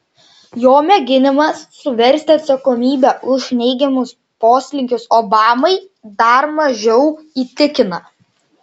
jo mėginimas suversti atsakomybę už neigiamus poslinkius obamai dar mažiau įtikina